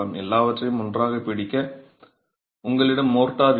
எல்லாவற்றையும் ஒன்றாகப் பிடிக்க உங்களிடம் மோர்ட்டார் இல்லை